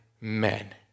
men